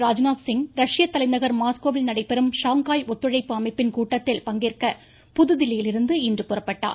ராஜ்நாத் சிங் ரஷ்ய தலைநகர் மாஸ்கோவில் நடைபெறும் ஷாங்காய் ஒத்துழைப்பு அமைப்பின் கூட்டத்தில் பங்கேற்க புதுதில்லியிலிருந்து இன்று புறப்பட்டார்